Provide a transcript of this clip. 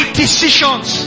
decisions